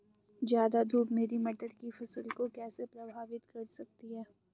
ज़्यादा धूप मेरी मटर की फसल को कैसे प्रभावित कर सकती है?